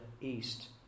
east